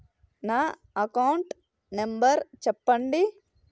నా account number చెప్పండి?